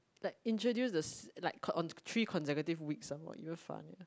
like introduce the like on three consecutive weeks damn funny